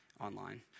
online